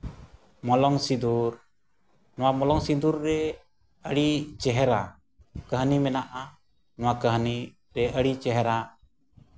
ᱢᱚᱞᱚᱝ ᱥᱤᱸᱫᱩᱨ ᱱᱚᱣᱟ ᱢᱚᱞᱚᱝ ᱥᱤᱸᱫᱩᱨ ᱨᱮ ᱟᱹᱰᱤ ᱪᱮᱦᱨᱟ ᱠᱟᱹᱦᱱᱤ ᱢᱮᱱᱟᱜᱼᱟ ᱱᱚᱣᱟ ᱠᱟᱹᱦᱱᱤ ᱨᱮ ᱟᱹᱰᱤ ᱪᱮᱦᱨᱟ